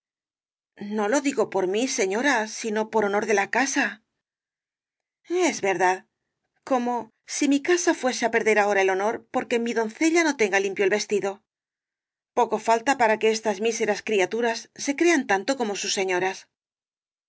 no lo digo por mí señora sino por honor de la casa es verdad como si mi casa fuese á perder ahora el honor porque mi doncella no tenga limpio el vestido poco falta para que estas míseras criaturas se crean tanto como sus señoras